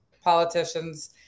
politicians